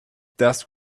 dusk